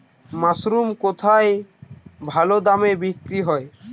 Mushroom কেথায় ভালোদামে বিক্রয় হয়?